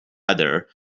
other